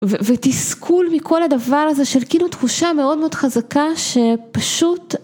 ותסכול מכל הדבר הזה של כאילו תחושה מאוד מאוד חזקה שפשוט